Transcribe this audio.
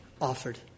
offered